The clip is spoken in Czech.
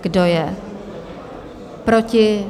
Kdo je proti?